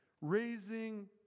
Raising